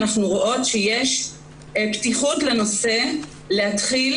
אנחנו רואות שיש פתיחות בנושא להתחיל